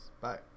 Bye